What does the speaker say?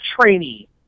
trainee